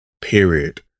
period